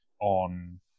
on